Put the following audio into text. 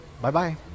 Bye-bye